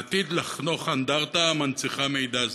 העתיד לחנוך אנדרטה המנציחה מידע זה.